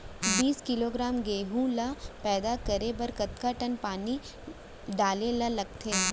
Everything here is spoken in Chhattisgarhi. बीस किलोग्राम गेहूँ ल पैदा करे बर कतका टन पानी डाले ल लगथे?